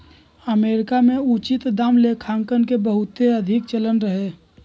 America में उचित दाम लेखांकन के बहुते अधिक चलन रहै